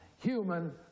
human